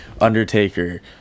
undertaker